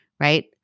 Right